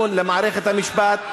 אז אני אומר: תנו אמון במערכת המשפט.